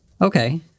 Okay